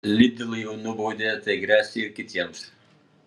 lidl jau nubaudė tai gresia ir kitiems